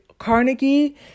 Carnegie